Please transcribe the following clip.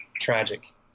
tragic